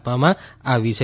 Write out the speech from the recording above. આપવામાં આવી છે